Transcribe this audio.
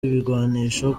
ibigwanisho